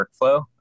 workflow